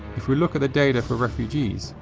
if we look at the data for refugees,